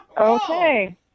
Okay